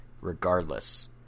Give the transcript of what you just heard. regardless